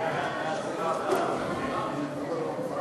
ההצעה להעביר את